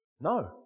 No